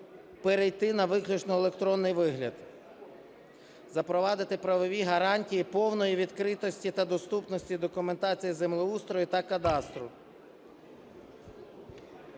Перейти на виключно електронний вигляд. Запровадити правові гарантії повної відкритості та доступності документації землеустрою та кадастру.